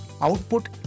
output